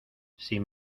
sin